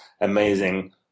amazing